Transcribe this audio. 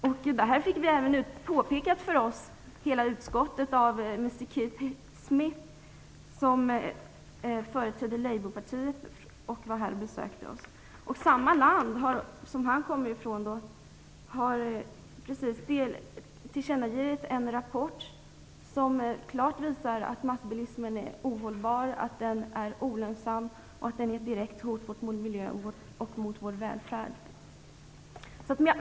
Det här fick vi i utskottet påpekat för oss av Mr. Keith Smith, en företrädare för labourpartiet som var här och besökte oss. I hans land har det just kommit ut en rapport som klart visar att massbilismen är ohållbar, olönsam och ett direkt hot mot vår miljö och vår välfärd.